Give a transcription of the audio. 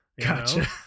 Gotcha